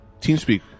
TeamSpeak